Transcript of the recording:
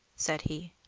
said he.